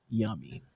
yummy